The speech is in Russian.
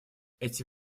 эти